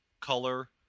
color